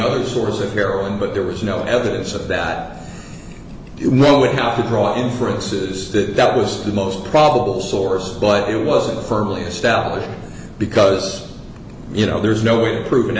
other source of heroin but there was no evidence of that knowing how to draw inferences that that was the most probable source but it wasn't firmly established because you know there's no way to prove